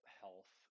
health